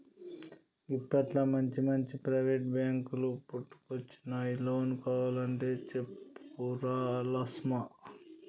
గిప్పట్ల మంచిమంచి ప్రైవేటు బాంకులు పుట్టుకొచ్చినయ్, లోన్ కావలంటే చెప్పురా లస్మా